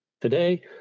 Today